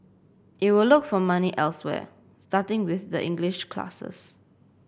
it will look for money elsewhere starting with the English classes